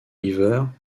river